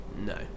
No